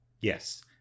Yes